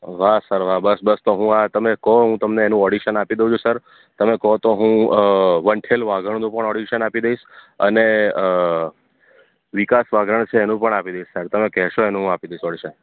વાહ સર વાહ બસ બસ તો હું આ તમે કહો હું તમને એનું ઓડિશન આપી દઉં છું સર તમે કહો તો હું વંઠેલ વાઘણનું પણ ઑડિશન આપી દઇશ અને વિકાસ વાઘરણ છે એનું પણ આપી દઇશ સર તમે કહેશો એનું હું આપી દઇશ ઑડિશન